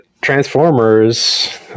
Transformers